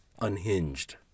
unhinged